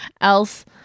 else